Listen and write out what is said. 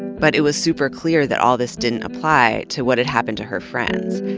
but it was super clear that all this didn't apply to what had happened to her friends.